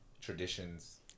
traditions